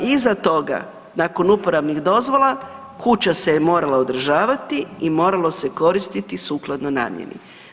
Iza toga, nakon uporabnih dozvola, kuća se morala održavati i moralo se koristiti sukladno namjeni.